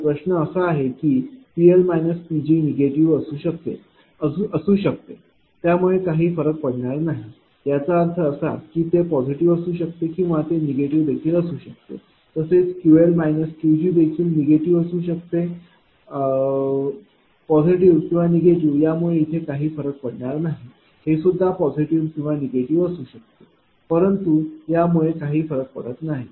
तर प्रश्न असा आहे की PL Pgनिगेटिव्ह असू शकते त्यामुळे काही फरक पडणार नाही याचा अर्थ असा की ते पॉझिटिव्ह असू शकते किंवा ते निगेटिव्ह असू शकते तसेच QL Qg देखील निगेटिव्ह असू शकते पॉझिटिव्ह किंवा निगेटिव्ह यामुळे इथे काही फरक पडणार नाही हे सुद्धा पॉझिटिव्ह किंवा निगेटिव्ह असू शकते परंतु यामुळे काही फरक पडत नाही